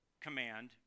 command